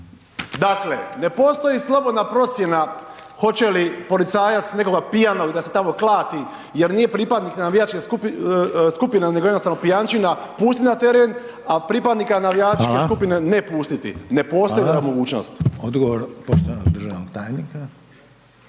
Dakle, ne postoji slobodna procjena hoće li policajac nekoga pijanog da se tamo klati jer nije pripadnik navijačke skupine nego jednostavno pijančina, pustiti na teret a pripadnika navijačke skupine ne pustiti. Ne postoji ta mogućnost. **Reiner, Željko (HDZ)** Hvala.